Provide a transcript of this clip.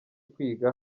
kwiga